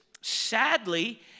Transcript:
sadly